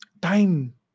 Time